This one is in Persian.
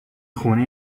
خونه